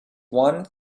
one